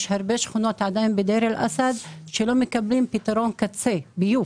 יש עדיין הרבה שכונות בדיר אל-אסד שלא מקבלות פתרון קצה ביוב.